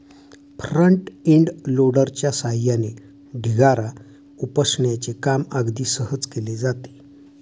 front end लोडरच्या सहाय्याने ढिगारा उपसण्याचे काम अगदी सहज केले जाते